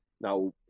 Now